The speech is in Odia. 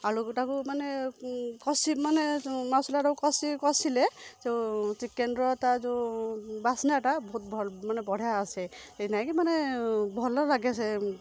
ଆଳୁଟାକୁ ମାନେ କଷି ମାନେ ମସଲାଟାକୁ କଷି କଷିଲେ ଯେଉଁ ଚିକେନର ତା ଯେଉଁ ବାସ୍ନାଟା ବହୁତ ଭଲ ମାନେ ବଢ଼ିଆ ଆସେ ସେଇନାଗି ମାନେ ଭଲ ଲାଗେ ସେ